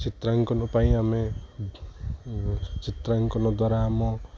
ଚିତ୍ରାଙ୍କନ ପାଇଁ ଆମେ ଚିତ୍ରାଙ୍କନ ଦ୍ୱାରା ଆମ